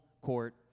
court